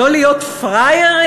לא להיות פראיירים?